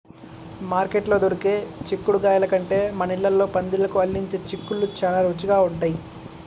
మార్కెట్లో దొరికే చిక్కుడుగాయల కంటే మన ఇళ్ళల్లో పందిళ్ళకు అల్లించే చిక్కుళ్ళు చానా రుచిగా ఉంటయ్